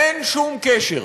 אין שום קשר,